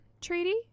Treaty